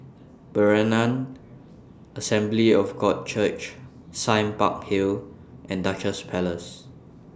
Berean Assembly of God Church Sime Park Hill and Duchess Place